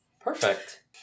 Perfect